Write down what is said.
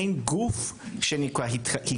אין גוף התקשרות